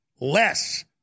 less